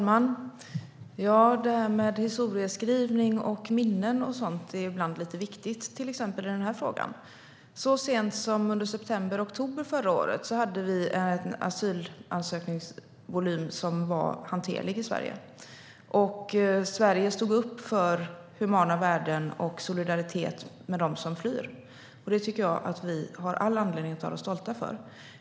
Herr talman! Historieskrivning, minnen och sådant är ibland lite viktigt, till exempel i den här frågan. Så sent som under september oktober förra året var asylansökningsvolymen hanterlig i Sverige. Sverige stod upp för humana värden och solidaritet med dem som flyr. Det tycker jag att vi har all anledning att vara stolta över.